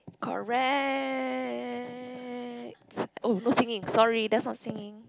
correct oh no singing sorry that's not singing